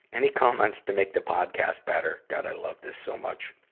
any comments to make the podcast better? god, i love this so much.